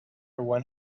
one